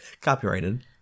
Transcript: Copyrighted